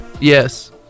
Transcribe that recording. Yes